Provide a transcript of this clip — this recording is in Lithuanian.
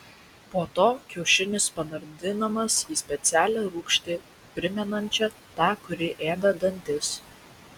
po to kiaušinis panardinamas į specialią rūgštį primenančią tą kuri ėda dantis